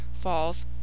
falls